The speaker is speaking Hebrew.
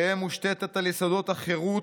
תהא מושתתה על יסודות החירות,